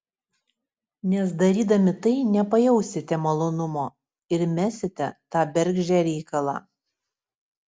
nes darydami tai nepajausite malonumo ir mesite tą bergždžią reikalą